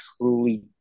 truly